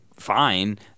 Fine